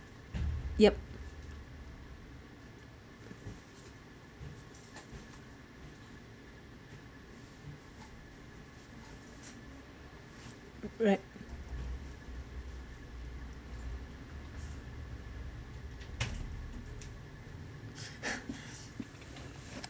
yup right